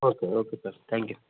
okay okay sir thank you